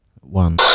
One